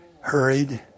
hurried